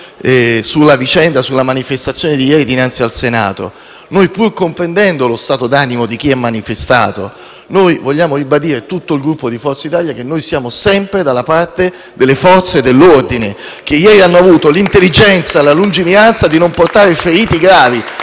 Democratico sulla manifestazione di ieri dinanzi al Senato. Pur comprendendo lo stato d'animo di chi ha manifestato, tutto il Gruppo Forza Italia vuole ribadire che noi siamo sempre dalla parte delle Forze dell'ordine, che ieri hanno avuto l'intelligenza e la lungimiranza di non portare feriti gravi,